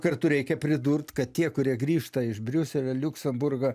kartu reikia pridurt kad tie kurie grįžta iš briuselio liuksemburgo